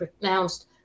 pronounced